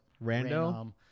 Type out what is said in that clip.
random